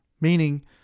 meaning